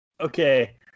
okay